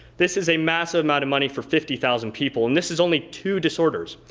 this is a massive amount of money for fifty thousand people and this is only two disorders.